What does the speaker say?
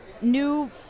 new